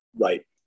Right